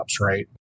right